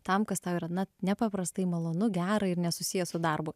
tam kas tau yra na nepaprastai malonu gera ir nesusiję su darbu